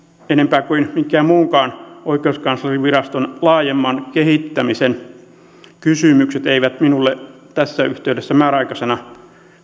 enempää kuin minkään muunkaan oikeuskanslerinviraston laajemman kehittämisen kysymykset eivät minulle tässä yhteydessä määräaikaisena